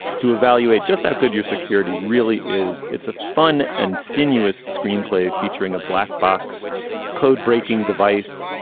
to evaluate just how good your security really is. it's a fun and sinuous screenplay featuring a black box code breaking device,